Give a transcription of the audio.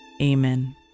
Amen